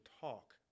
talk